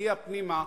מגיע פנימה,